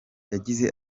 yagize